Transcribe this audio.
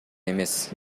эмес